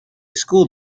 school